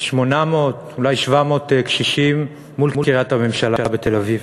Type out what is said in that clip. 700 או 800 קשישים, מול קריית הממשלה בתל-אביב.